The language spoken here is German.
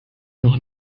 noch